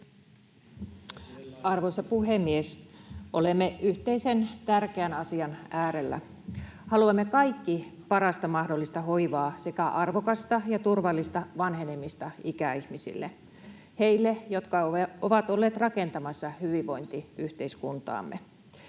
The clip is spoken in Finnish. jättää syrjään. Olemme yhteisen tärkeän asian äärellä. Haluamme kaikki parasta mahdollista hoivaa sekä arvokasta ja turvallista vanhenemista ikäihmisille, heille, jotka ovat olleet rakentamassa hyvinvointiyhteiskuntaamme.